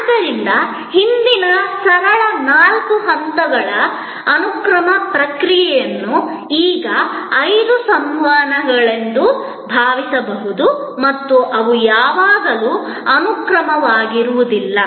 ಆದ್ದರಿಂದ ಹಿಂದಿನ ಸರಳ ನಾಲ್ಕು ಹಂತಗಳ ಅನುಕ್ರಮ ಪ್ರಕ್ರಿಯೆಯನ್ನು ಈಗ ಐದು ಸಂವಹನಗಳೆಂದು ಭಾವಿಸಬಹುದು ಮತ್ತು ಅವು ಯಾವಾಗಲೂ ಅನುಕ್ರಮವಾಗಿರುವುದಿಲ್ಲ